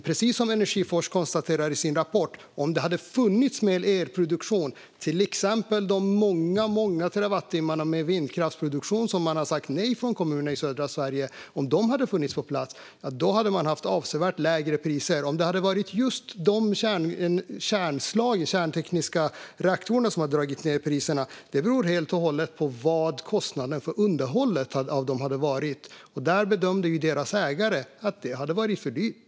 Precis som Energiforsk konstaterar i sin rapport hade priserna varit avsevärt lägre om det hade funnits mer elproduktion på plats, till exempel de många terawattimmar vindkraftsproduktion som kommuner i södra Sverige sagt nej till. Om just dessa kärntekniska reaktorer hade dragit ned priserna beror helt och hållet på vad kostnaden för underhållet av dem hade varit. Deras ägare bedömde att det hade blivit för dyrt.